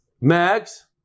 Max